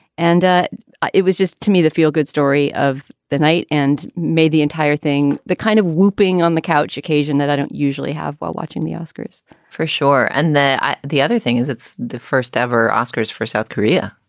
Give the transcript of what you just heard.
and it was just to me the feel good story of the night and made the entire thing, the kind of weeping on the couch occasion that i don't usually have while watching the oscars for sure and then the other thing is, it's the first ever oscars for south korea.